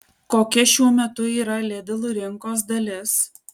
kokia šiuo metu yra lidl rinkos dalis